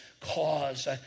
cause